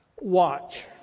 Watch